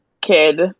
kid